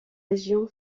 région